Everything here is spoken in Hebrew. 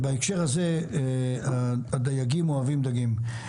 ובהקשר הזה, הדייגים אוהבים דגים.